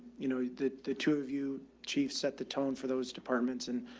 you know, the, the two of you chief set the tone for those departments and